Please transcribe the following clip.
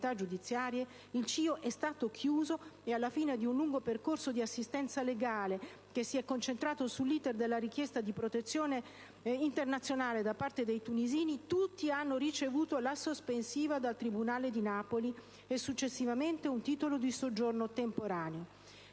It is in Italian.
il CIE è stato chiuso e, alla fine di un lungo percorso di assistenza legale, che si è concentrato sull'*iter* della richiesta di protezione internazionale da parte dei tunisini, tutti hanno ricevuto la sospensiva dal tribunale di Napoli e, successivamente, un titolo di soggiorno temporaneo.